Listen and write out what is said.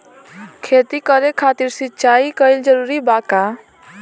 खेती करे खातिर सिंचाई कइल जरूरी बा का?